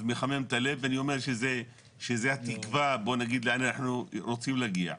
זה מחמם את הלב ואני אומר שזו התקווה לה אנחנו רוצים להגיע.